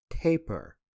taper